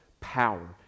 power